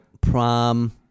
prom